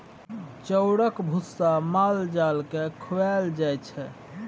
चाउरक भुस्सा माल जाल केँ खुआएल जाइ छै